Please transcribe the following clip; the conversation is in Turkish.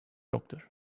yoktur